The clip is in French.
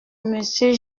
monsieur